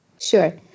Sure